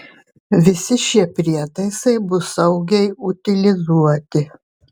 visi šie prietaisai bus saugiai utilizuoti